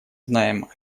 знаем